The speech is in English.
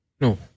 No